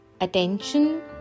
attention